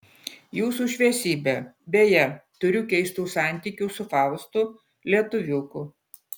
jūsų šviesybe beje turiu keistų santykių su faustu lietuviuku